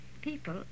people